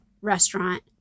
restaurant